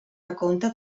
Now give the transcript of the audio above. recompte